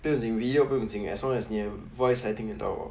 不用紧 video 不用紧 as long as 你的 voice 还听得到